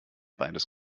beides